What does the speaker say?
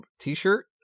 t-shirt